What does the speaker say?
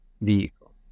vehicle